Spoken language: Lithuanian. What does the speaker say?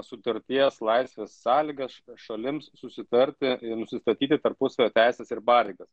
sutarties laisvės sąlygas šalims susitarti ir nusistatyti tarpusavio teises ir pareigas